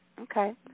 Okay